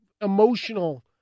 emotional